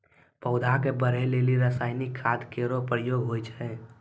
पौधा क बढ़ै लेलि रसायनिक खाद केरो प्रयोग होय छै